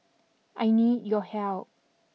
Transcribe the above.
I need your help